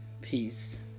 Peace